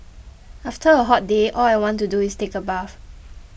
after a hot day all I want to do is take a bath